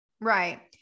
Right